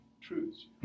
truths